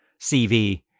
CV